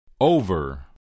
Over